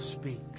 speaks